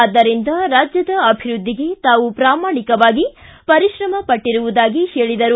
ಆದ್ದರಿಂದ ರಾಜ್ಯದ ಅಭಿವೃದ್ದಿಗೆ ತಾವು ಪ್ರಾಮಾಣಿಕವಾಗಿ ಪರಿಶ್ರಮ ಪಟ್ಲಿರುವುದಾಗಿ ಹೇಳಿದರು